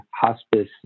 hospice